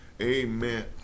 Amen